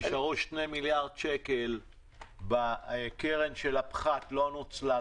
נשארו 2 מיליארד שקל בקרן של הפחת שלא נוצלה,